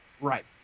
Right